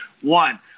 One